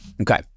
okay